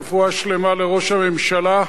רפואה שלמה לראש הממשלה,